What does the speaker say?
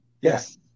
Yes